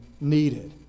needed